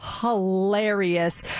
hilarious